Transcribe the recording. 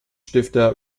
stifter